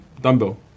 dumbbell